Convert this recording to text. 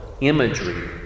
imagery